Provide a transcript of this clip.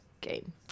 game